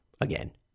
again